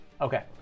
Okay